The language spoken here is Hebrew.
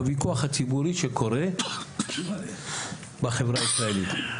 בוויכוח הציבורי שקורה בחברה הישראלית,